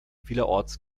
vielerorts